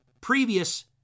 previous